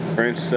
French